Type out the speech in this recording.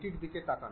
এটির দিকে তাকান